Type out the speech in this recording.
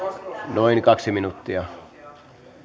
noin kaksi minuuttia